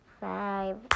five